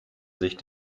sich